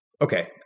Okay